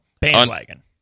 Bandwagon